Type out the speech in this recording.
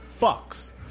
fucks